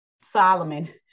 Solomon